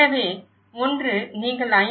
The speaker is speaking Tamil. எனவே ஒன்று நீங்கள் ஐ